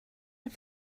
det